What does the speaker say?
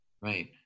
Right